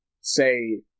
say